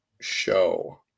show